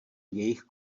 jejich